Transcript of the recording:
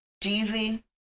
Jeezy